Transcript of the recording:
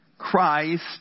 christ